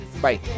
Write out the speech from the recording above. Bye